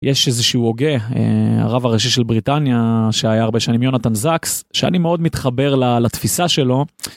יש איזה שהוא הוגה, הרב הראשי של בריטניה, שהיה הרבה שנים יונתן זקס, שאני מאוד מתחבר לתפיסה שלו.